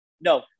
No